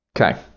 Okay